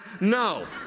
No